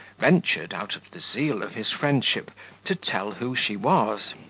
ventured, out of the zeal of his friendship, to tell who she was.